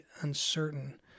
uncertain